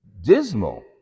dismal